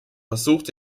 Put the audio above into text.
versucht